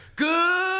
Good